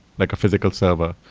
like a physical server,